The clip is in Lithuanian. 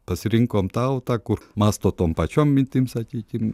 pasirinkom tautą kur mąsto tom pačiom mintim sakykim